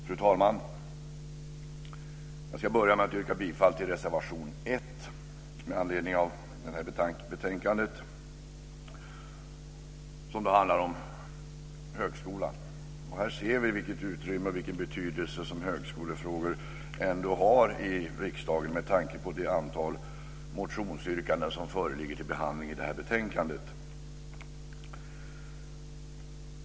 Fru talman! Jag ska börja med att yrka bifall till reservation 1 i det här betänkandet som handlar om högskolan. Här ser vi vilket utrymme och vilken betydelse som högskolefrågor har i riksdagen med tanke på det antal motionsyrkanden som föreligger till behandling i detta betänkande.